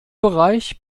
bereich